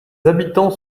habitants